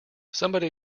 somebody